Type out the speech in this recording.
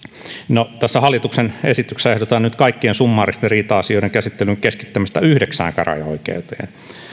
no tässä hallituksen esityksessä ehdotetaan nyt kaikkien summaaristen riita asioiden käsittelyn keskittämistä yhdeksään käräjäoikeuteen